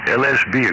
lsb